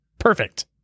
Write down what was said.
perfect